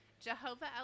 Jehovah